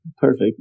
perfect